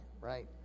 right